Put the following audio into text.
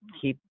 keep